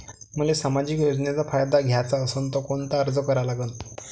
मले सामाजिक योजनेचा फायदा घ्याचा असन त कोनता अर्ज करा लागन?